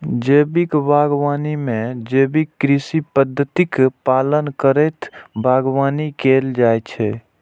जैविक बागवानी मे जैविक कृषि पद्धतिक पालन करैत बागवानी कैल जाइ छै